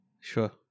sure